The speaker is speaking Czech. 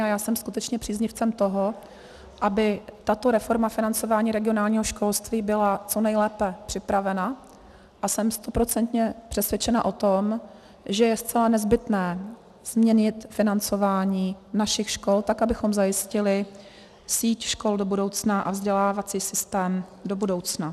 A já jsem skutečně příznivcem toho, aby tato reforma financování regionálního školství byla co nejlépe připravena, a jsem stoprocentně přesvědčena o tom, že je zcela nezbytné změnit financování našich škol, tak abychom zajistili síť škol do budoucna a vzdělávací systém do budoucna.